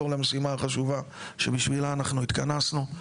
למשימה החשובה שבשבילה אנחנו התכנסנו.